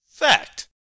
fact